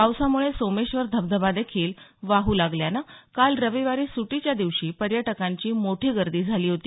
पावसामुळे सोमेश्वर धबधबादेखील वाहू लागल्यानं काल रविवारी सुटीच्या दिवशी पर्यटकांची मोठी गर्दी झाली होती